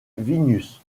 vilnius